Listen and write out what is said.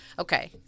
Okay